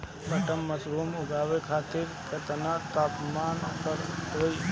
Button mushroom उगावे खातिर केतना तापमान पर होई?